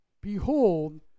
behold